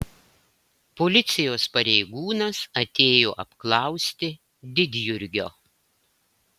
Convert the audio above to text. policijos pareigūnas atėjo apklausti didjurgio